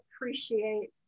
appreciate